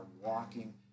walking